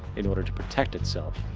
in order to protect itself,